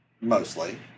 Mostly